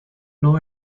law